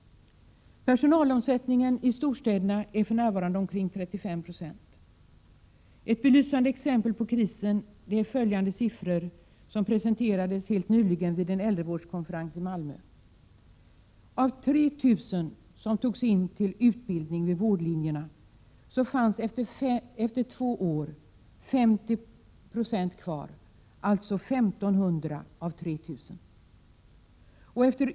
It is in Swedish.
Personalomsättningen i storstäderna är för närvarande omkring 35 90. Ett belysande exempel på krisen är de siffror som nyligen presenterades vid en äldrevårdskonferens i Malmö. Av dessa framgår att det av 3 000 elever som antogs till utbildning vid vårdlinjerna efter två år fanns 50 96 kvar, alltså 1 500 elever.